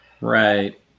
Right